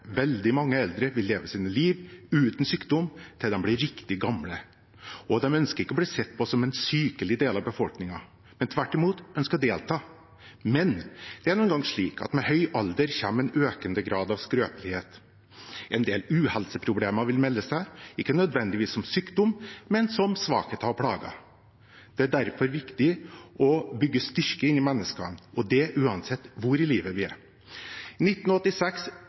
Veldig mange eldre vil leve sine liv uten sykdom til de blir riktig gamle, og de ønsker ikke å bli sett på som en sykelig del av befolkningen. Tvert imot ønsker de å delta. Men det er nå engang slik at med høy alder kommer en økende grad av skrøpelighet. En del uhelseproblemer vil melde seg, ikke nødvendigvis som sykdom, men som svakheter og plager. Det er derfor viktig å bygge styrke inn i menneskene, og det uansett hvor i livet vi er. I 1986